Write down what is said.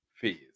phase